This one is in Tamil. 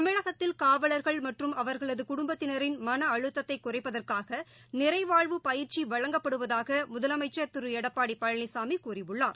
தமிழகத்தில் காவலர்கள் மற்றும் அவர்களது குடும்பத்தினரின் மன அழுத்தத்தை குறைப்பதற்காக நிறை வாழ்வு பயிற்சி வழங்கப்படுவதாக முதலமைச்சர் திரு எடப்பாடி பழனிசாமி கூறியுள்ளார்